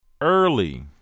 early